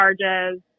charges